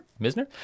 Misner